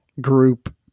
group